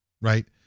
Right